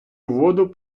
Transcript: воду